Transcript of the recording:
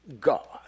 God